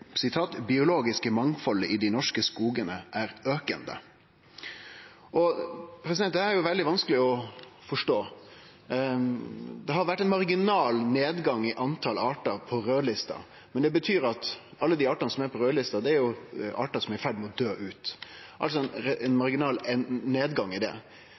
i de norske skogene er økende». Det har eg veldig vanskelig for å forstå. Det har vore ein marginal nedgang i talet på artar på raudlista, men det betyr at alle dei artane som er på raudlista, er artar som er i ferd med å døy ut – altså ein marginal nedgang. Korleis klarer ein da å forstå dette som at det